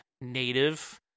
native